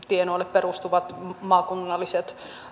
perustuvat maakunnalliset